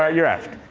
ah you're effed.